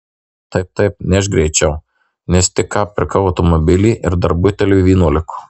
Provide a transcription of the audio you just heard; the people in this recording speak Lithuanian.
taip taip nešk greičiau nes tik ką pirkau automobilį ir dar buteliui vyno liko